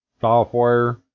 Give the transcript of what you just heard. software